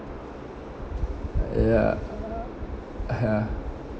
ya ya